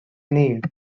need